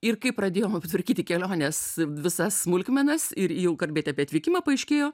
ir kai pradėjom tvarkyti kelionės visas smulkmenas ir jau kalbėti apie atvykimą paaiškėjo